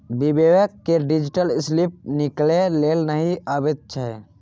बिबेक केँ deposit slip निकालै लेल नहि अबैत छै